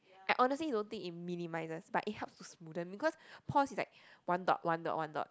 I honestly don't think it minimises but it helps to smoothen because pores is like one dot one dot one dot